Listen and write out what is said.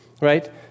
right